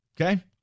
Okay